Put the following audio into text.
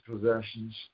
possessions